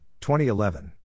2011